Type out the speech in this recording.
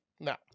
No